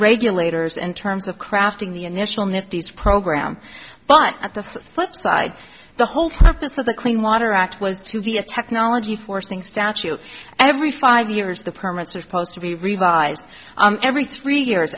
regulators in terms of crafting the initial net these program but at the flip side the whole purpose of the clean water act was to be a technology forcing statute every five years the permits are supposed to be revised every three years